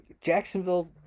Jacksonville